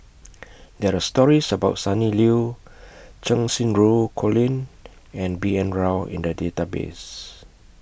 There Are stories about Sonny Liew Cheng Xinru Colin and B N Rao in The Database